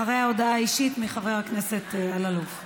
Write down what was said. אחריה, הודעה אישית של חבר הכנסת אלאלוף.